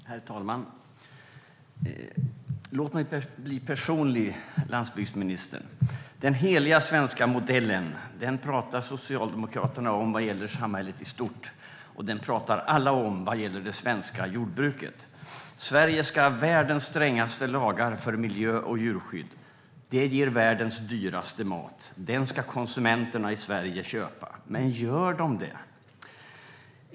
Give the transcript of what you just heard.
Herr talman! Låt mig först bli personlig, landsbygdsministern. Den heliga svenska modellen pratar Socialdemokraterna om vad gäller samhället i stort, och den pratar alla om vad gäller det svenska jordbruket. Sverige ska ha världens strängaste lagar för miljö och djurskydd. Det ger världens dyraste mat. Den ska konsumenterna i Sverige köpa. Men gör de det?